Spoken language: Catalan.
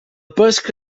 pesca